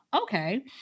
okay